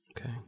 Okay